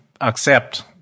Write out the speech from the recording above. accept